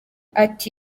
ati